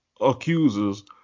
accusers